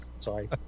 Sorry